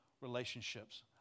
relationships